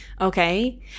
Okay